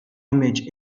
image